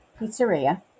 pizzeria